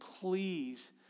please